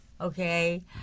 okay